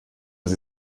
sie